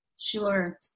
Sure